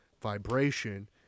vibration